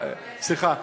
סליחה,